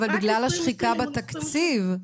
אבל בגלל השחיקה בתקציב.